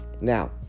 now